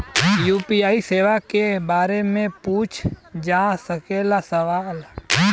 UPI सेवा के बारे में पूछ जा सकेला सवाल?